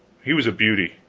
he was a beauty,